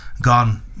gone